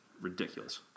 Ridiculous